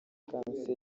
kanseri